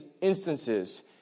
instances